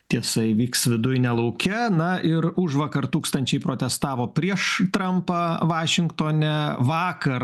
tiesa įvyks viduj ne lauke na ir užvakar tūkstančiai protestavo prieš trampą vašingtone vakar